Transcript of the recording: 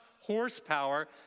horsepower